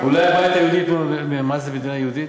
אולי הבית היהודי יודע מה זה מדינה יהודית?